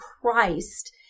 Christ